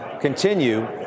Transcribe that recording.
continue